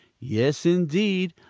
yes, indeed,